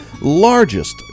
largest